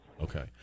Okay